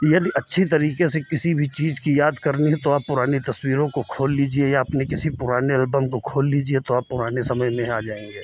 यदि अच्छी तरीके से किसी भी चीज़ की याद करनी है तो आप पुरानी तस्वीरों को खोल लीजिए या अपने किसी पुराने एल्बम को खोल लीजिए तो आप पुराने समय में आ जाएँगे